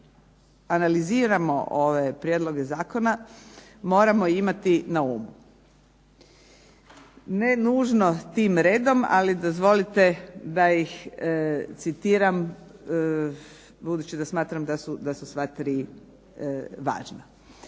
analiziramo ove Prijedloge zakona moramo imati na umu. Ne nužno tim redom, ali dozvolite da ih citiram budući da smatram da su sva tri važna.